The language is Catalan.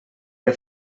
que